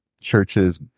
churches